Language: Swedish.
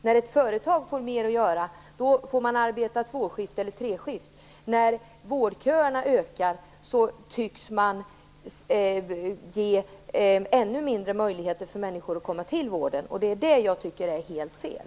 När ett företag får mer att göra arbetar man tvåskift eller treskift, men när vårdköerna ökar tycks man ge människor ännu mindre möjligheter att komma till vården, och det tycker jag är helt fel.